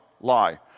Lie